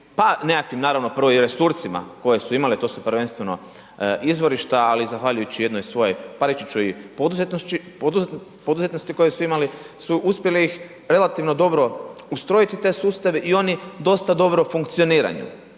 pa nekakvim naravno, prvo i resursima koje su imale a to su prvenstveno izvorišta ali zahvaljujući jednoj svojoj pa reći ću i poduzetnosti koju su imali su uspjeli ih relativno dobro ustrojiti taj sustav i oni dosta dobro funkcioniraju